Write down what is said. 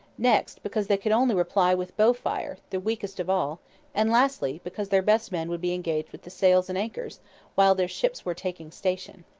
next because they could only reply with bow fire the weakest of all and, lastly, because their best men would be engaged with the sails and anchors while their ships were taking station.